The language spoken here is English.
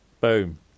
Boom